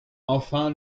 enfin